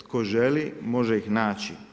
Tko želi, može ih naći.